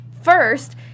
first